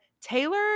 Taylor